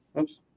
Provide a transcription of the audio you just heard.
Oops